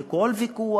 בלי כל ויכוח,